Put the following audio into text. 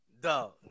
dog